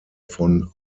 von